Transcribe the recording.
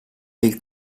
del